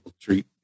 treat